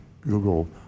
Google